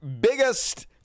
biggest